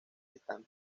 están